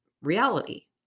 reality